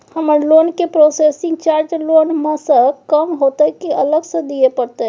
हमर लोन के processing charge loan म स कम होतै की अलग स दिए परतै?